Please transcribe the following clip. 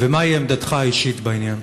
ומהי עמדתך האישית בעניין?